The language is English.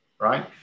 Right